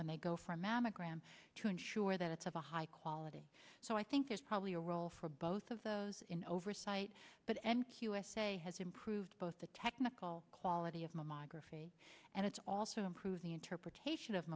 when they go from mammogram to ensure that it's of a high quality so i think there's probably a role for both of those in oversight but n q essay has improved both the technical quality of mammography and it's also improved the interpretation of